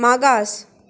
मागास